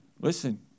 listen